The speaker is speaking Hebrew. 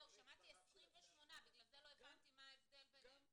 שמעתי 28 בגלל זה לא הבנתי מה ההבדל ביניהם.